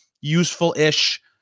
useful-ish